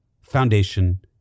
Foundation